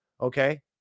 okay